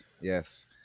yes